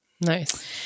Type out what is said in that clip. Nice